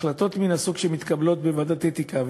החלטות מן הסוג שמתקבל בוועדת האתיקה,